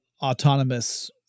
autonomous